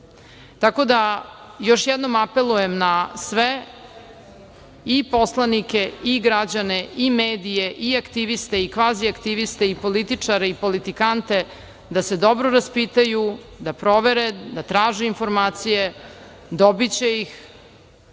Tako da, još jednom apelujem na sve, i poslanike, i građane, i medije, i aktiviste, i kvaziaktiviste, i političare i politikante, da se dobro raspitaju, da provere, da traže informacije, dobiće